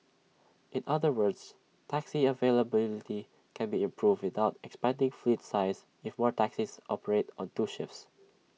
in other words taxi availability can be improved without expanding fleet size if more taxis operate on two shifts